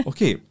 Okay